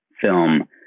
film